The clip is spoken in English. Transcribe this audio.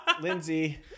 Lindsey